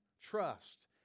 trust